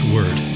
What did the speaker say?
Word